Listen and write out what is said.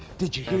didja